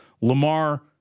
Lamar